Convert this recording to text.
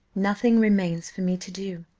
nothing remains for me to do,